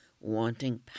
wanting